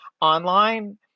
online